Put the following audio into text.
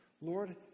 Lord